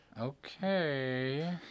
Okay